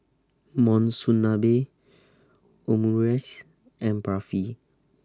Monsunabe Omurice and Barfi